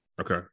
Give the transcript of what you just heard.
okay